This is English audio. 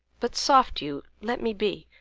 but, soft you let me be